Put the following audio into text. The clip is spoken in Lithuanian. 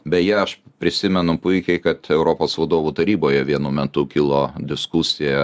beje aš prisimenu puikiai kad europos vadovų taryboje vienu metu kilo diskusija